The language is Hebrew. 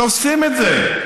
אבל עושים את זה.